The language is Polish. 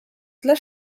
tle